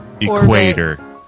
Equator